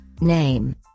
Name